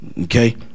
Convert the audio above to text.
okay